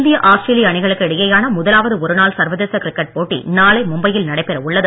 இந்திய ஆஸ்திரேலிய அணிகளுக்கு இடையேயான முதலாவது ஒருநாள் சர்வதேச கிரிக்கெட் போட்டி நாளை மும்பையில் நடைபெற உள்ளது